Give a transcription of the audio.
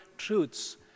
truths